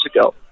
ago